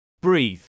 Breathe